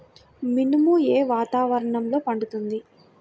మినుము ఏ వాతావరణంలో పండుతుంది?